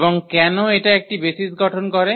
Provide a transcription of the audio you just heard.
এবং কেন এটা একটি বেসিস গঠন করে